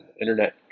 internet